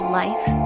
life